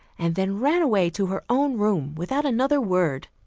and then ran away to her own room without another word.